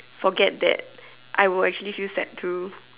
forget that I will actually feel sad too